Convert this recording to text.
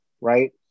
right